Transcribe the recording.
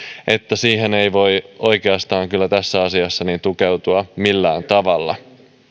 eli siihen ei kyllä voi oikeastaan tässä asiassa tukeutua millään tavalla